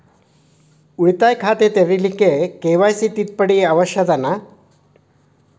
ಉಳಿತಾಯ ಖಾತೆ ತೆರಿಲಿಕ್ಕೆ ಕೆ.ವೈ.ಸಿ ತಿದ್ದುಪಡಿ ಅವಶ್ಯ ಅದನಾ?